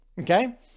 Okay